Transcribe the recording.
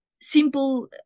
simple